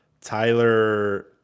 Tyler